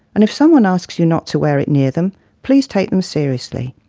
and if someone asks you not to wear it near them, please take them seriously.